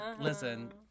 Listen